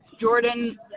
Jordan